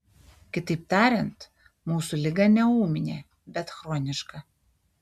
kitaip tariant mūsų liga ne ūminė bet chroniška